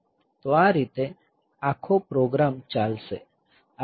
તો આ રીતે આ આખો પ્રોગ્રામ ચાલશે